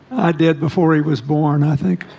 i did before he was born i think?